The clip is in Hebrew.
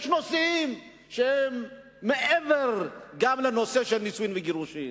יש נושאים שהם מעבר לנושא של נישואין וגירושין.